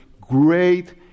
great